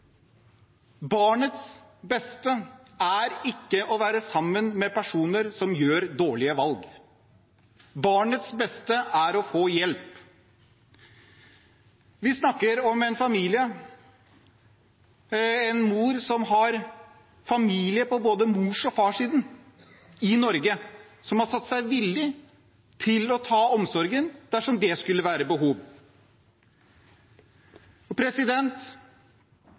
Barnets beste er ikke å være sammen med personer som gjør dårlige valg. Barnets beste er å få hjelp. Vi snakker om en familie, om en mor som har familie på både mors- og farssiden i Norge som har sagt seg villige til å ta omsorgen dersom det skulle være behov